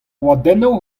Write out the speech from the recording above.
roadennoù